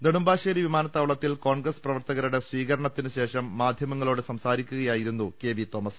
നെടുമ്പാശ്ശേരി വിമാനത്താവളത്തിൽ കോൺഗ്രസ് പ്രവർത്തകരുടെ സ്വീകരണ ത്തിനു ശേഷം മാധ്യമങ്ങളോട് സംസാരിക്കുകയായിരുന്നു കെ വി തോമസ്